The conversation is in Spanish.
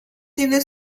tiene